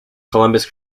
columbus